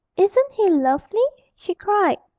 isn't he lovely she cried.